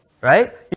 right